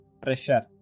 pressure